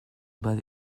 bas